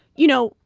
you know,